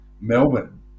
Melbourne